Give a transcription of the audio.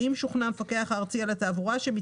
אנחנו חוששים שלא נהפוך למאגר מידע של כל